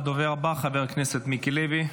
הדובר הבא, חבר הכנסת מיקי לוי,